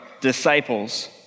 disciples